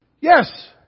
Yes